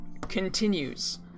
continues